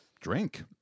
drink